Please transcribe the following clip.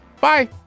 Bye